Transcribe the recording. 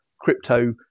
crypto